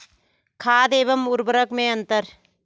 खाद एवं उर्वरक में अंतर?